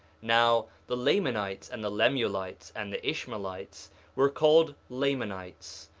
now the lamanites and the lemuelites and the ishmaelites were called lamanites,